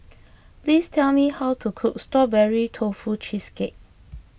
please tell me how to cook Strawberry Tofu Cheesecake